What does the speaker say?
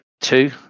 Two